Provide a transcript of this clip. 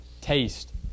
Taste